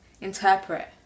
interpret